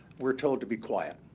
we're told to be quiet.